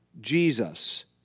Jesus